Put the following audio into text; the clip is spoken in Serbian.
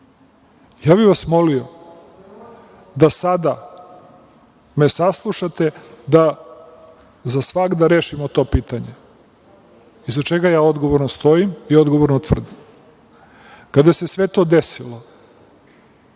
bi vas molio da sada me saslušate, da za svagda rešimo to pitanje iza čega ja odgovorno stojim i odgovorno tvrdim. Kada se sve to desilo,